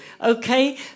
Okay